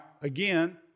again